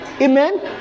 Amen